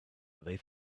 they